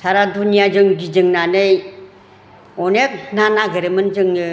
सारा दुनिया जों गिदिंनानै अनेक ना नागिरोमोन जोङो